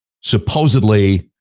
supposedly